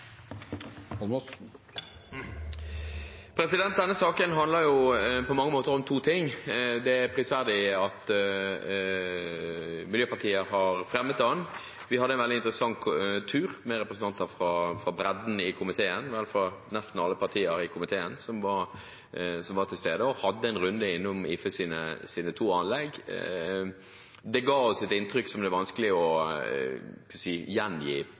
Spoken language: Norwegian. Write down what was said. at Miljøpartiet De Grønne har fremmet den. Vi hadde en veldig interessant tur med representanter fra bredden i komiteen, fra nesten alle partier i komiteen, og hadde en runde innom IFEs to anlegg. Det ga oss et inntrykk som det er vanskelig å gjengi på tørre papirark, for å si